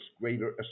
greater